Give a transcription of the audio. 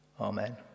Amen